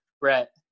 Brett